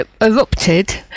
erupted